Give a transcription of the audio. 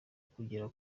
ukugera